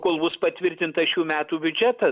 kol bus patvirtintas šių metų biudžetas